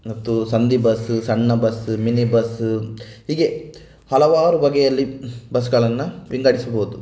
ಮತ್ತು ಬಸ್ ಸಣ್ಣ bus mini bus ಹೀಗೆ ಹಲವಾರು ಬಗೆಯಲ್ಲಿ ಬಸ್ಗಳನ್ನು ವಿಂಗಡಿಸಬಹುದು